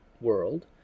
world